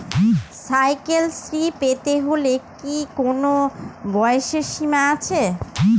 Cycle Shri পেতে হলে কি কোনো বয়সের সীমা আছে?